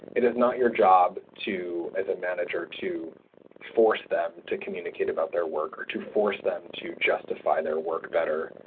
it is not your job as a manager to force them to communicate about their work or to force them to jus tify their work better.